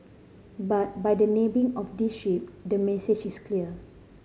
but by the naming of this ship the message is clear